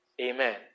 Amen